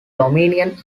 dominion